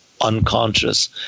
unconscious